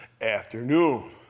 afternoon